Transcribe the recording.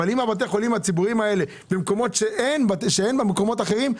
אבל אם בתי החולים הציבוריים האלה במקומות שאין במקומות אחרים,